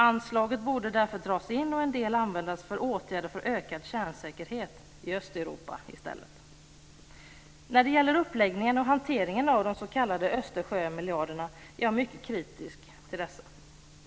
Anslaget borde därför dras in och en del användas för åtgärder för ökad kärnsäkerhet i Östeuropa i stället. När det gäller uppläggningen och hanteringen av de s.k. Östersjömiljarderna är jag mycket kritisk.